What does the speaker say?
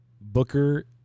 Booker